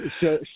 show